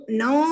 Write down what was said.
no